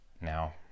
Now